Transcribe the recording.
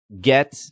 get